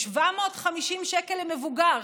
750 שקל למבוגר,